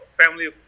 family